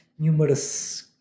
Numerous